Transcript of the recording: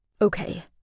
Okay